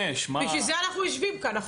בשביל זה אנחנו יושבים כאן.